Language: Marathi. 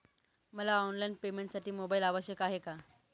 मला ऑनलाईन पेमेंटसाठी मोबाईल आवश्यक आहे का?